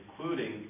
including